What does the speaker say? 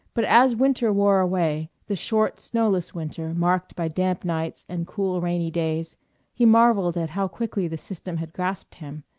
but as winter wore away the short, snowless winter marked by damp nights and cool, rainy days he marvelled at how quickly the system had grasped him.